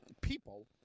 people